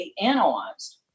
analyzed